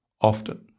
often